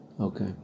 Okay